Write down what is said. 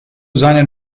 seinen